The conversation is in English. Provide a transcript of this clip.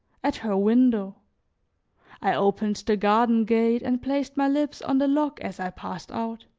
at her window i opened the garden gate and placed my lips on the lock as i passed out.